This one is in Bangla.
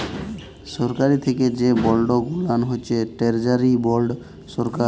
সরকারি থ্যাকে যে বল্ড গুলান হছে টেরজারি বল্ড সরকার